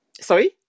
Sorry